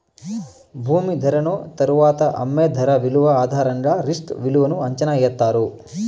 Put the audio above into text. భూమి ధరను తరువాత అమ్మే ధర విలువ ఆధారంగా రిస్క్ విలువను అంచనా ఎత్తారు